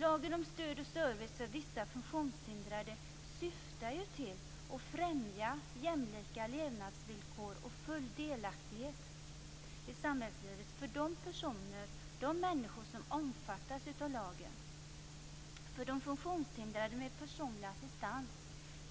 Lagen om stöd och service för vissa funktionshindrade syftar ju till att främja jämlika levnadsvillkor och full delaktighet i samhällslivet för de människor som omfattas av lagen. För funktionshindrade med personlig assistans